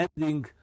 ending